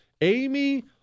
Amy